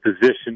position